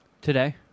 Today